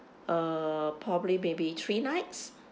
uh probably maybe three nights